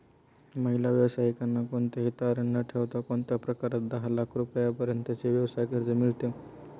महिला व्यावसायिकांना कोणतेही तारण न ठेवता कोणत्या प्रकारात दहा लाख रुपयांपर्यंतचे व्यवसाय कर्ज मिळतो?